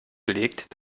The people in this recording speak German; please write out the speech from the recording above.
belegt